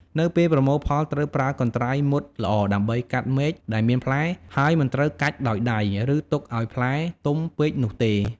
នៅពេលប្រមូលផលត្រូវប្រើកន្ត្រៃមុតល្អដើម្បីកាត់មែកដែលមានផ្លែ ហើយមិនត្រូវកាច់ដោយដៃ ឬទុកឱ្យផ្លែទុំពេកនោះទេ។